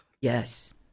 Yes